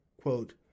Quote